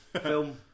Film